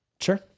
Sure